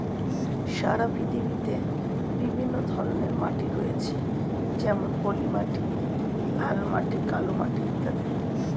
সারা পৃথিবীতে বিভিন্ন ধরনের মাটি রয়েছে যেমন পলিমাটি, লাল মাটি, কালো মাটি ইত্যাদি